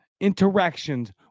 interactions